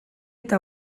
eta